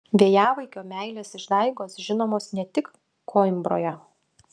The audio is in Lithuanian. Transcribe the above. vėjavaikio meilės išdaigos žinomos ne tik koimbroje